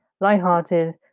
lighthearted